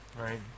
right